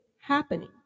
happening